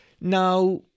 Now